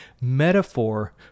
metaphor